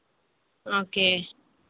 okay